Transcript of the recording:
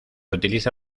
utiliza